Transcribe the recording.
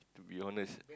to be honest